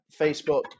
Facebook